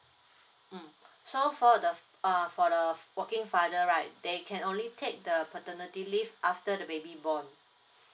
mm so for the f~ uh for the f~ working father right they can only take the paternity leave after the baby born